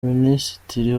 minisitiri